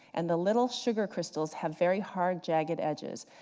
and the little sugar crystals have very hard jagged edges,